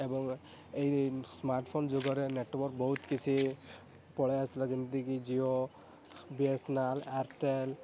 ଏବଂ ଏହି ସ୍ମାର୍ଟଫୋନ୍ ଯୁଗରେ ନେଟୱାର୍କ୍ ବହୁତ କିଛି ପଳାଇଆସିଲା ଯେମିତିକି Jio B S N L Airtel